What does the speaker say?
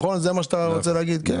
זה מה שאתה רוצה להגיד?